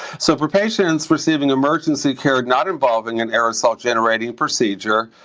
so for patients receiving emergency care not involving an aerosol-generating procedure,